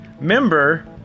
member